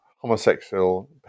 homosexual